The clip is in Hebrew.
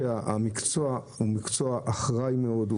זה מקצוע אחראי מאוד,